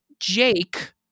Jake